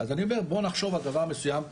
דבר אחד